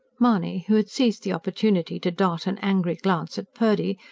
mahony, who had seized the opportunity to dart an angry glance at purdy,